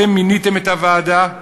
אתם מיניתם את הוועדה,